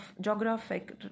Geographic